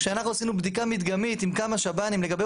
כשאנחנו עשינו בדיקה מדגמית עם כמה שב"נים לגבי